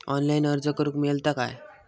Online अर्ज करूक मेलता काय?